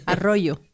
arroyo